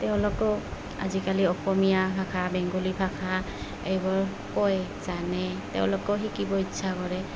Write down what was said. তেওঁলোকেও আজিকালি অসমীয়া ভাষা বেংগলী ভাষা এইবোৰ কয় জানে তেওঁলোকেও শিকিব ইচ্ছা কৰে